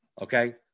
Okay